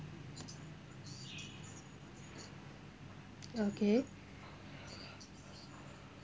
okay